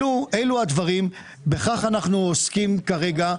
אלה הדברים ובכך אנחנו כרגע עוסקים.